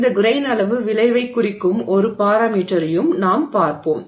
இந்த கிரெய்ன் அளவு விளைவைக் குறிக்கும் ஒரு பாராமீட்டரையும் நாம் பார்ப்போம்